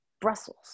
Brussels